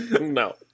No